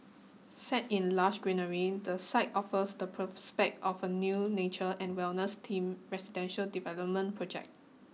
set in lush greenery the site offers the prospect of a new nature and wellness team residential development project